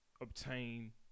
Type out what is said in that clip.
obtain